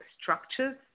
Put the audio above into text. structures